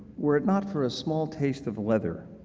were it not for a small taste of the leather,